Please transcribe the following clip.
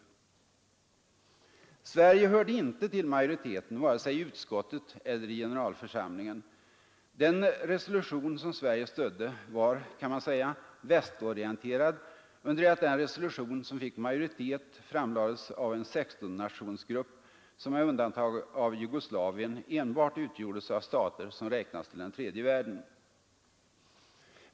Sverige hörde inte till majoriteten vare sig i utskottet eller i generalförsamlingen. Den resolution som Sverige stödde var, kan man säga, västorienterad, under det att det resolutionsförslag som fick majoritet framlades av en 16-nationsgrupp som med undantag för Jugoslavien enbart utgjordes av stater som räknas till den tredje världen.